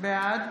בעד